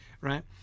Right